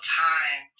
time